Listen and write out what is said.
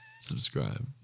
Subscribe